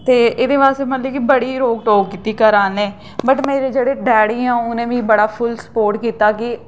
ते एह्दे बाद मतलब कि बड़ी रोक टोक कीती घरैआह्ले बट मेरे जेह्डे़ डैडी न उ'नें मिगी बड़ा स्पोर्ट कीता